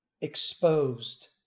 exposed